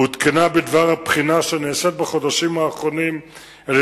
עודכנה בדבר הבחינה שנעשית בחודשים האחרונים על-ידי